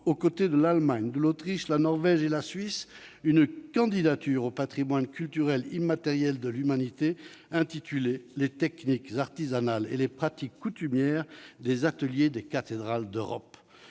aux côtés de l'Allemagne, de l'Autriche, de la Norvège et de la Suisse, une candidature au patrimoine culturel immatériel de l'humanité portant sur « les techniques artisanales et les pratiques coutumières des ateliers des cathédrales en Europe »